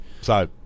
So-